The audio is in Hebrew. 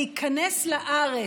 להיכנס לארץ,